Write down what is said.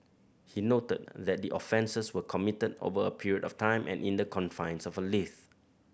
he noted that the offences were committed over a period of time and in the confines of a lift